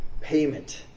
payment